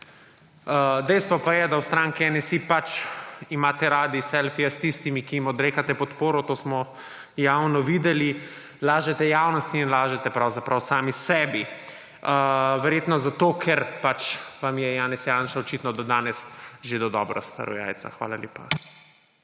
Dejstvo pa je, da v stranki NSi imate radi selfije s tistimi ki jim odrekate podporo, to smo javno videli. Lažete javnosti in lažete pravzaprav sami sebi. Verjetno zato, ker vam je Janez Janša očitno do danes že dodobra strl jajca. Hvala lepa.